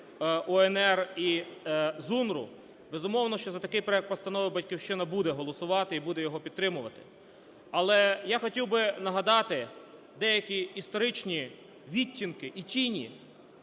УНР і ЗУНРу, безумовно, що за такий проект постанови "Батьківщина" буде голосувати і буде його підтримувати. Але я хотів би нагадати деякі історичні відтінки і тіні